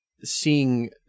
Seeing